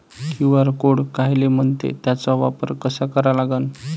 QR code कायले म्हनते, त्याचा वापर कसा करा लागन?